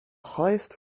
highest